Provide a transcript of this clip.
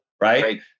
right